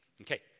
Okay